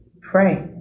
pray